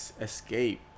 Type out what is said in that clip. escape